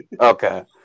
Okay